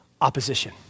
opposition